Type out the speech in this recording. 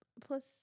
plus